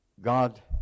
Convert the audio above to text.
God